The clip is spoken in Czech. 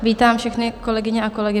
Vítám všechny kolegyně a kolegy.